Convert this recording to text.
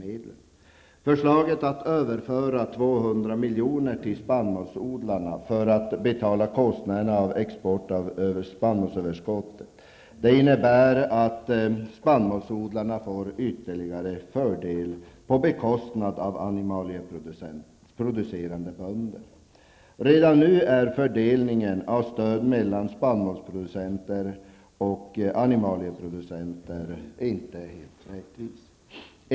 Förslaget att överföra 200 milj.kr. till spannmålsodlarna för att betala av kostnaderna för export av spannmålsöverskottet innebär att spannmålsodlarna gynnas ytterligare på bekostnad av de animalieproducerande bönderna. Redan nu är fördelningen av stöd mellan spannmålsproducenter och animalieproducenter ganska orättvis.